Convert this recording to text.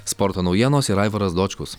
sporto naujienos ir aivaras dočkus